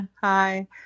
Hi